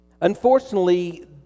Unfortunately